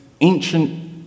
ancient